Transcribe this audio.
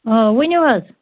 آ ؤنِو حظ